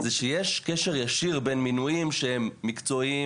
זה שיש קשר ישיר בין מינויים שהם מקצועיים,